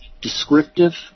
descriptive